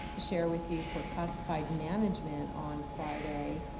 share with you for classified management on friday,